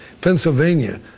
Pennsylvania